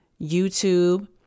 YouTube